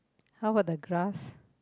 how got the grass